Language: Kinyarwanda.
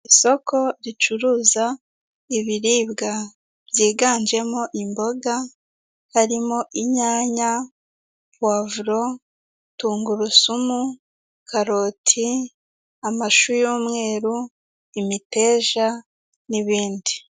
Isoko ricuruza ibiribwa byiganjemo imboga harimo inyanya ,pavro, tungurusumu ,karoti ,amashu y'umweru, imiteja n'ibindi.